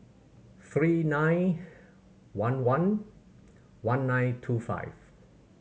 three nine one one one nine two five